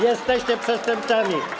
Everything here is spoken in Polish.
Jesteście przestępcami.